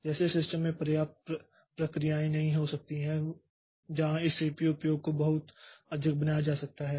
जैसे सिस्टम में पर्याप्त प्रक्रियाएं नहीं हो सकती हैं जहां इस सीपीयू उपयोग को बहुत अधिक बनाया जा सकता है